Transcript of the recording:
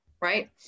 right